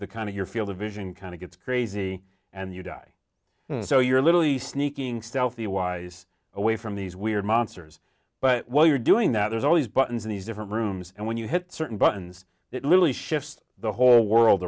the kind of your field of vision kind of gets crazy and you die so you're literally sneaking stealthy wise away from these weird monsters but while you're doing that there's always buttons in these different rooms and when you hit certain buttons it literally shifts the whole world